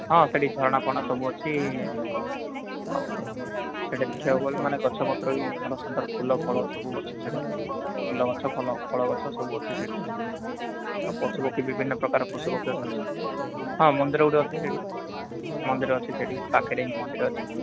ହଁ ସେଠି ଝରଣା ଫରଣା ସବୁ ଅଛି ଆଉ ସେଟା ଦେଖିବାକୁ ମାନେ ଗଲେ ଗଛପତ୍ର ବି ସୁନ୍ଦର ଫୁଲଫଳ ସବୁ ଅଛି ସେଠେ ଫୁଲ ଗଛ ଫଳ ଗଛ ସବୁ ଅଛି ସେଠି ଆଉ ପଶୁପକ୍ଷୀ ବିଭିନ୍ନ ପ୍ରକାର ପଶୁପକ୍ଷୀ ଅଛନ୍ତି ହଁ ମନ୍ଦିର ଗୋଟେ ଅଛି ସେଇଠି ମନ୍ଦିର ଅଛି ସେଠି ପାଖରେ ହିଁ ମନ୍ଦିର ଅଛି